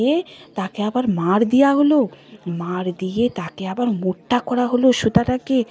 দিয়ে তাকে আবার মাড় দেয়া হলো মাড় দিয়ে তাকে আবার মোটা করা হলো সুতোটাকে